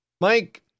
Mike